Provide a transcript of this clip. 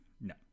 no